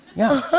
yeah.